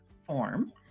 form